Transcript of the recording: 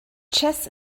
chess